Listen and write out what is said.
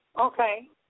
Okay